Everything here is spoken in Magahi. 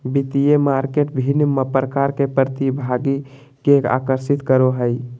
वित्तीय मार्केट विभिन्न प्रकार के प्रतिभागि के आकर्षित करो हइ